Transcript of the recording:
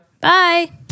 Bye